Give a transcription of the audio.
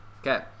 Okay